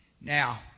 Now